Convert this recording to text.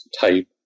type